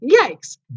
yikes